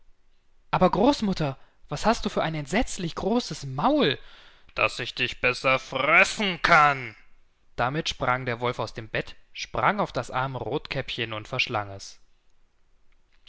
aber großmutter was hast du für ein entsetzlich großes maul daß ich dich besser fressen kann damit sprang der wolf aus dem bett sprang auf das arme rothkäppchen und verschlang es